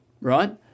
right